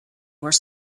were